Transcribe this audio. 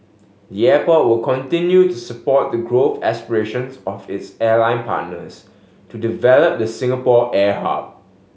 the airport will continue to support the growth aspirations of its airline partners to develop the Singapore air hub